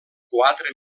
quatre